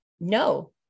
no